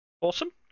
awesome